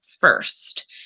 first